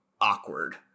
awkward